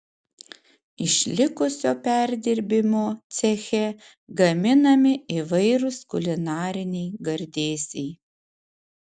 iš likusio perdirbimo ceche gaminami įvairūs kulinariniai gardėsiai